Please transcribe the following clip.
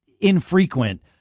infrequent